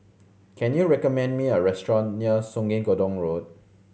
can you recommend me a restaurant near Sungei Gedong Road